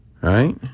Right